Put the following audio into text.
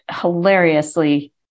hilariously